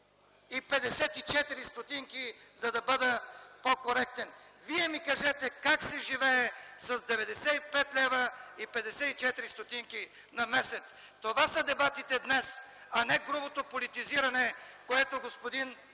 95,54 лв., за да бъда по-коректен. Вие ми кажете: как се живее с 95,54 лв. на месец?! Това са дебатите днес, а не грубото политизиране, което господин